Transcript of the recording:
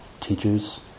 teachers